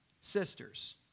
Sisters